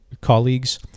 colleagues